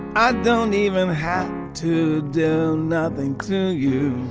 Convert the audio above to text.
i don't even have to do nothing to you.